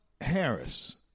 Harris